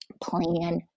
plan